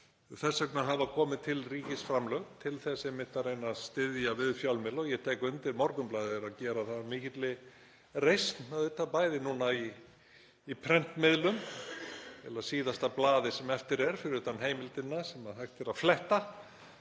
þess vegna hafa komið til ríkisframlög, til þess einmitt að reyna að styðja við fjölmiðla. Ég tek undir að Morgunblaðið er að gera það af mikilli reisn, bæði núna í prentmiðlum, eiginlega síðasta blaðið sem eftir er fyrir utan Heimildina sem hægt er að fletta